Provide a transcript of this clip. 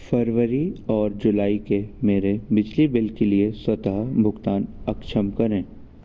फरवरी और जुलाई के मेरे बिजली बिल के लिए स्वतः भुगतान अक्षम करें